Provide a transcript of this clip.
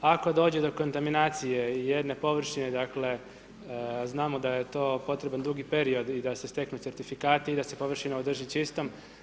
Ako dođe do kontaminacije jedne površine, dakle, znamo da je to potreban dugi period i da se steknu certifikati i da se površina održi čistom.